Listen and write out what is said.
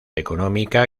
económica